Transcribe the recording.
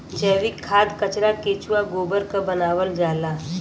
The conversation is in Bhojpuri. जैविक खाद कचरा केचुआ गोबर क बनावल जाला